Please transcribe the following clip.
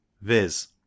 viz